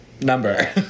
number